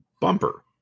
bumper